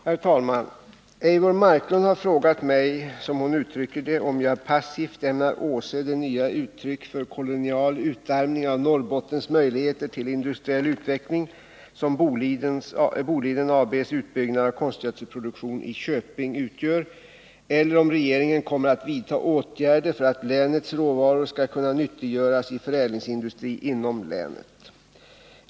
Herr talman! Eivor Marklund har frågat mig, som hon uttrycker det, om jag passivt ämnar åse det nya uttryck för kolonial utarmning av Norrbottens möjligheter till industriell utveckling som Boliden AB:s utbyggnad av konstgödselproduktion i Köping utgör eller om regeringen kommer att vidta åtgärder för att länets råvaror skall kunna nyttiggöras i förädlingsindustri inom länet.